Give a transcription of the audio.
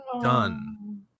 done